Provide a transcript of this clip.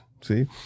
See